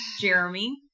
Jeremy